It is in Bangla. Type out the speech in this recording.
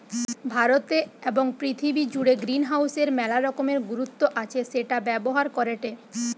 ভারতে এবং পৃথিবী জুড়ে গ্রিনহাউসের মেলা রকমের গুরুত্ব আছে সেটা ব্যবহার করেটে